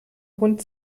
hund